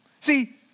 See